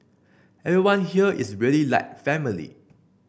everyone here is really like family